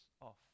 off